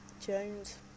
jones